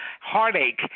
heartache